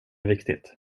viktigt